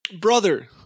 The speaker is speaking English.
brother